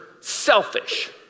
selfish